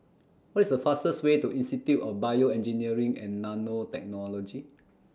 What IS The fastest Way to Institute of Bioengineering and Nanotechnology